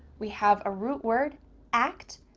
we have a root word act,